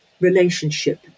relationship